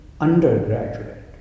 undergraduate